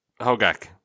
hogak